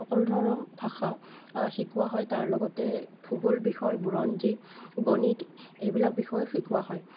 সকলো ধৰণৰ ভাষা শিকোৱা হয় তাৰ লগতে ভূগোল বিষয় বুৰঞ্জী গণিত এইবিলাক বিষয় শিকোৱা হয়